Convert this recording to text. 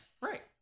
Right